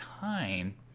time